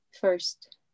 first